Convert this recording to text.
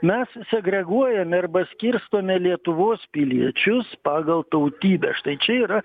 mes segreguojame arba skirstome lietuvos piliečius pagal tautybę štai čia yra